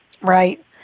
Right